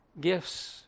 gifts